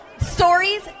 stories